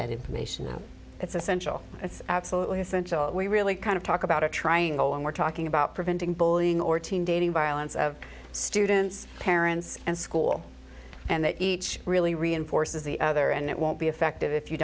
that information out it's essential it's absolutely essential that we really kind of talk about a triangle and we're talking about preventing bullying or teen dating violence of students parents and school and that each really reinforces the other and it won't be effective if you